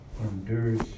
endures